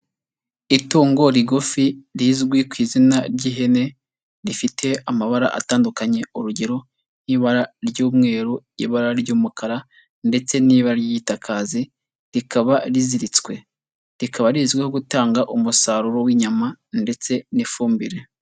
Itungo rigufi rizwi ku izina ry'ihene, rifite amabara atandukanye urugero y'ibara ry'umweru, ibara ry'umukara ndetse n'ibara ry'igitazi rikaba riziritswe, rikaba rizwiho gutanga umusaruro w'inyama ndetse n'ifumbire.